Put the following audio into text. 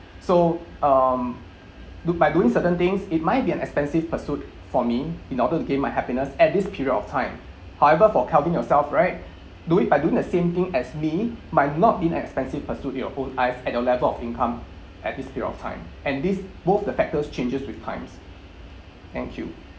so um look do by doing certain things it might be an expensive pursuit for me in order to gain my happiness at this period of time however for calvin yourself right do it by doing the same thing as me might not be an expensive pursuit to your own life at your level of income at this period of time and this both the factors changes with times thank you